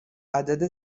عدد